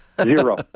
Zero